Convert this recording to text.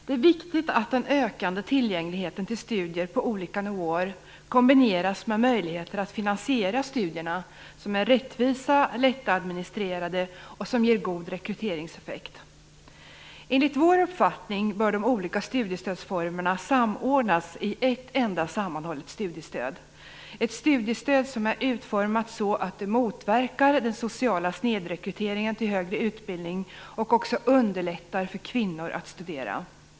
Det är viktigt att den ökande tillgängligheten till studier på olika nivåer kombineras med möjligheter att finansiera studierna som är rättvisa, lättadministrerade och som ger god rekryteringseffekt. Enligt vår uppfattning bör de olika studiestödsformerna samordnas i ett enda sammanhållet studiestöd, ett studiestöd som är utformat så att det motverkar den sociala snedrekryteringen till högre utbildning och också underlättar för kvinnor att studera.